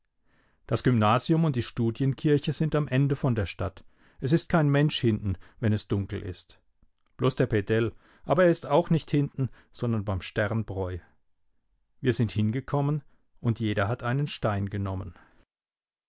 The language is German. das gymnasium und die studienkirche sind am ende von der stadt es ist kein mensch hinten wenn es dunkel ist bloß der pedell aber er ist auch nicht hinten sondern beim sternbräu wir sind hingekommen und jeder hat einen stein genommen